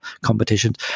competitions